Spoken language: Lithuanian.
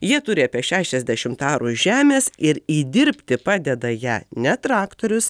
jie turi apie šešiasdešimt arų žemės ir įdirbti padeda ją ne traktorius